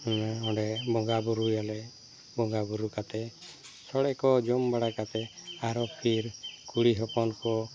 ᱢᱟᱱᱮ ᱚᱸᱰᱮ ᱵᱚᱸᱜᱟ ᱵᱩᱨᱩᱭᱟᱞᱮ ᱵᱚᱸᱜᱟ ᱵᱩᱨᱩ ᱠᱟᱛᱮ ᱥᱚᱲᱮ ᱠᱚ ᱡᱚᱢ ᱵᱟᱲᱟ ᱠᱟᱛᱮ ᱟᱨᱚ ᱯᱷᱮᱨ ᱠᱩᱲᱤ ᱦᱚᱯᱚᱱᱠᱚ